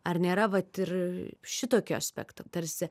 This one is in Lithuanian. ar nėra vat ir šitokio aspekto tarsi